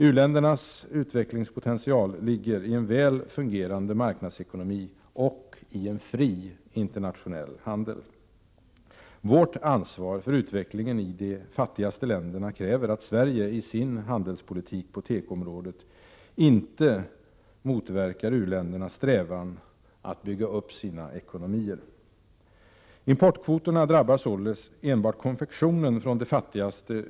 U-ländernas utvecklingspotential ligger i en väl fungerande marknadsekonomi och i en fri internationell handel. Vårt ansvar för utvecklingen i de fattigaste länderna kräver att Sverige i sin handelspolitik på tekoområdet inte motverkar u-ländernas strävan att bygga upp sina ekonomier. Importkvoterna drabbar således enbart konfektionen från de fattigaste — Prot.